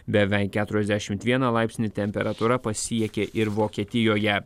beveik keturiasdešimt vieną laipsnį temperatūra pasiekė ir vokietijoje